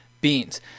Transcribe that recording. beans